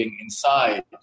inside